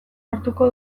lortuko